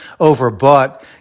overbought